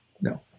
No